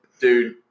dude